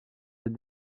des